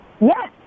Yes